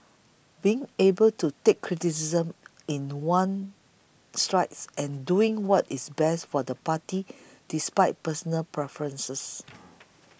being able to take criticism in one's strides and doing what is best for the party despite personal preferences